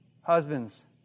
Husbands